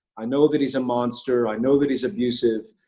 i know that he's a monster, i know that he's abusive,